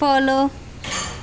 follow